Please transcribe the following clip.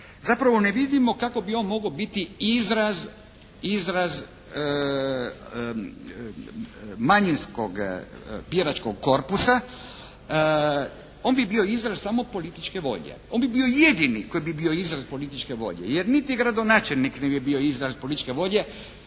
zapravo ne vidimo kako bi on mogao biti izraz manjinskog biračkog korpusa. On bi bio izraz samo političke volje. On bi bio jedini koji bi bio izraz političke volje. Jer niti gradonačelnik ne bi bio izraz političke volje